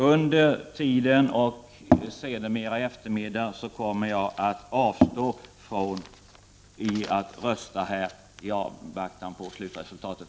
Under tiden, och sedermera i eftermiddag, kommer jag att avstå från att rösta i avvaktan på slutresultatet.